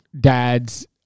dads